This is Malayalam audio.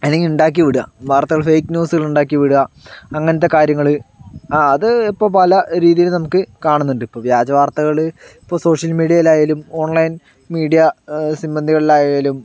അല്ലെങ്കിൽ ഉണ്ടാക്കി വിടുക വാർത്തകൾ ഫേക്ക് ന്യൂസ് ഉണ്ടാക്കി വിടുക അങ്ങനത്തെ കാര്യങ്ങള് ആ അത് ഇപ്പോൾ പല രീതിയിലും നമുക്ക് കാണുന്നുണ്ട് ഇപ്പോൾ വ്യാജവാർത്തകള് ഇപ്പോൾ സോഷ്യൽ മീഡിയയിൽ ആയാലും ഓൺലൈൻ മീഡിയ സിമ്മന്തികളിൽ ആയാലും